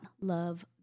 love